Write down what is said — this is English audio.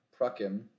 Prakim